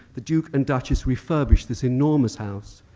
the duke and duchess refurbished this enormous house,